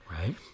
Right